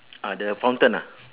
uh the fountain ah